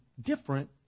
different